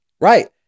Right